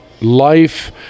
life